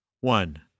One